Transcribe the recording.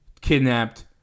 kidnapped